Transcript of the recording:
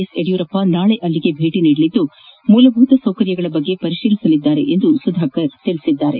S Yediyurappa ನಾಳೆ ಅಲ್ಲಿಗೆ ಭೇಟಿ ನೀಡಲಿದ್ದು ಮೂಲಭೂತ ಸೌಕರ್ಯಗಳ ಬಗ್ಗೆ ಪರಿಶೀಲನೆ ನಡೆಸಲಿದ್ದಾರೆ ಎಂದು ಸುಧಾಕರ್ ತಿಳಿಸಿದರು